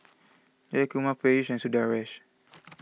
Jayakumar Peyush and Sundaresh